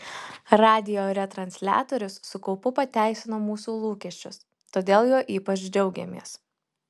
radijo retransliatorius su kaupu pateisino mūsų lūkesčius todėl juo ypač džiaugiamės